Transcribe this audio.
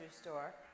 store